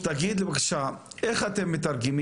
איך אתם מתרגמים